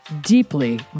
deeply